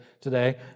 today